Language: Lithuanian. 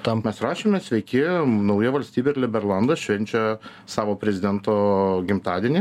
tamp mes rašėme sveiki nauja valstybė ir liberlandas švenčia savo prezidento gimtadienį